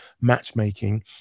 matchmaking